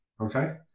okay